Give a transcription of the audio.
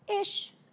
ish